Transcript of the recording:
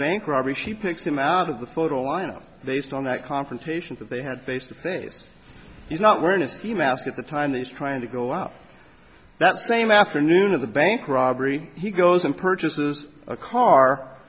bank robbery she picks him out of the photo lineup based on that confrontation that they had face to face he's not wearing it the mask at the time he's trying to go up that same afternoon of the bank robbery he goes and purchases a car